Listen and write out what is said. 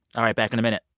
all right back in a minute